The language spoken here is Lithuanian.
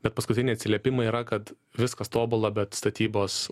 bet paskutiniai atsiliepimai yra kad viskas tobula bet statybos